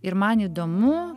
ir man įdomu